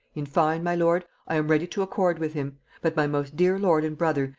in fine, my lord, i am ready to accord with him but, my most dear lord and brother,